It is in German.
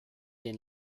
den